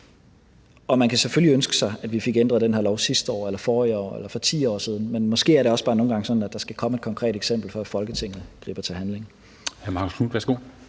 Man kan selvfølgelig ønske sig, at vi havde fået ændret den her lov sidste år eller forrige år eller for 10 år siden, men det er måske også bare nogle gange sådan, at der skal komme et konkret eksempel, før Folketinget griber til handling.